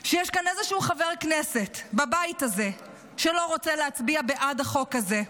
שאין כאן איזשהו חבר הכנסת בבית הזה שלא רוצה להצביע בעד החוק הזה.